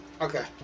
Okay